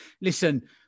listen